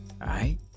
right